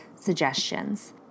suggestions